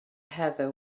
heather